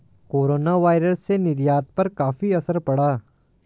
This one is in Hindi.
कोरोनावायरस से निर्यात पर काफी असर पड़ा